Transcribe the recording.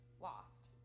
lost